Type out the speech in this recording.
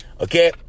Okay